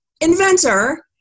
inventor